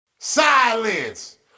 Silence